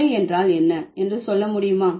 தலை என்றால் என்ன என்று சொல்ல முடியுமா